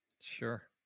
Sure